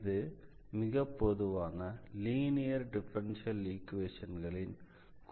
இது மிகப் பொதுவான லீனியர் டிஃபரன்ஷியல் ஈக்வேஷன்களின் குறிப்பிட்ட வடிவம் ஆகும்